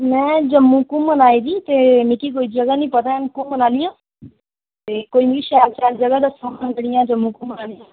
में जम्मू घुम्मन आई दी ते मिगी पता निं ऐ जगहां घुम्मन आह्लियां ते मिगी शैल जगहां दस्सो आं जेह्ड़ियां घुम्मन आह्लियां